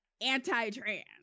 anti-trans